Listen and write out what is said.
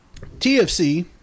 TFC